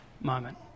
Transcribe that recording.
moment